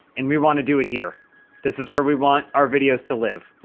and we want to do it here this is where we want our videos to live.